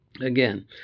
Again